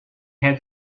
had